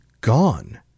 gone